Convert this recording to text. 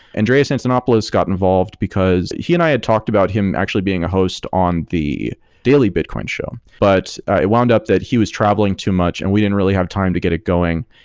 andrea antonopoulos got involved because he and i had talked about him actually being a host on the daily bitcoin show, but it wound up that he was traveling too much and we didn't really have time to get it going.